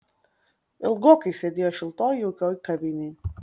ilgokai sėdėjo šiltoj jaukioj kavinėj